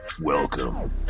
Welcome